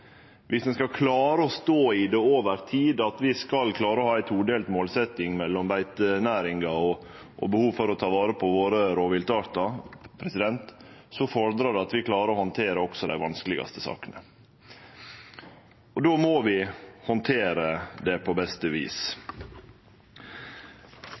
ein over tid skal klare å stå i det å ha ei todelt målsetjing – beitenæringa og behov for å ta vare på rovviltartane våre – fordrar det at vi klarer å handtere også dei vanskelegaste sakene. Då må vi handtere dei på beste vis.